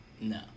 No